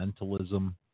mentalism